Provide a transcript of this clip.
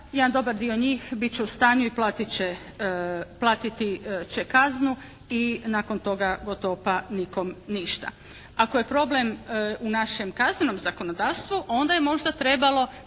jedan dobar dio njih bit će u stanju i platit će kaznu i nakon toga gotovo pa nikome ništa. Ako je problem u našem kaznenom zakonodavstvu onda je možda trebalo,